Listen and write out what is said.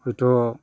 हयथ'